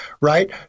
right